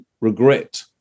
regret